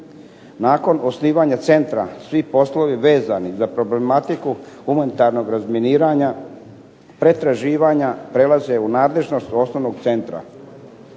Nakon osnivanja centra svi poslovi vezani za problematiku humanitarnog razminiranja, pretraživanja prelaze u nadležnost osnovnog centra.